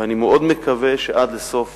אני מקווה מאוד שעד סוף